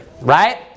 Right